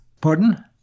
pardon